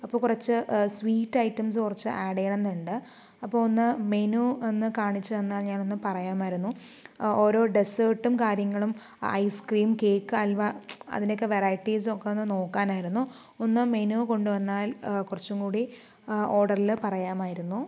അപ്പോൾ കുറച്ച് sweet items കുറച്ച് ഏഡ് ചെയ്യണം എന്നുണ്ട് അപ്പോൾ ഒന്ന് മെനു ഒന്ന് കാണിച്ച് തന്നാൽ ഞാൻ ഒന്ന് പറയാമായിരുന്നു ഓരോ ഡെസേർട്ടും കാര്യങ്ങളും ഐസ് ക്രീം കേക്ക് ഹൽവ അതിൻ്റെ ഒക്കെ വെറൈറ്റിസും ഒക്കെ ഒന്ന് നോക്കാനായിരുന്നു ഒന്ന് മെനു കൊണ്ടുവന്നാൽ കുറച്ചും കൂടി ഓർഡറിൽ പറയാമായിരുന്നു